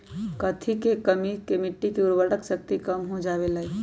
कथी के कमी से मिट्टी के उर्वरक शक्ति कम हो जावेलाई?